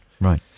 Right